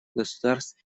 государств